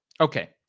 Okay